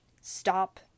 stop